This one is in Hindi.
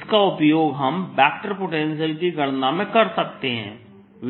इसका उपयोग हम वेक्टर पोटेंशियल की गणना में कर सकते हैं